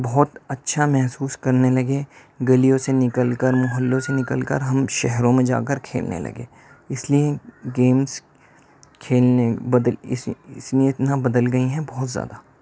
بہت اچھا محسوس کرنے لگے گلیوں سے نکل کر محلوں سے نکل کر ہم شہروں میں جا کر کھیلنے لگے اس لیے گیمس کھیلنے بدل اسے اس لیے اتنا بدل گئیں ہیں بہت زیادہ